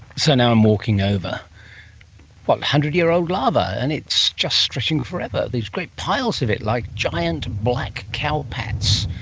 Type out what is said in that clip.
so now i am walking over one hundred year old lava, and it's just stretching forever, there's great piles of it, like giant black cowpats,